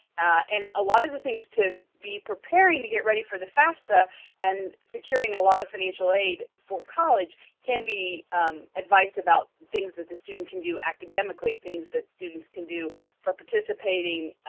and a lot of the things to be preparing to get ready for the fafsa and securing a lot of financial aid for college can be advice about things that the student can do academically, things that students can do for participating,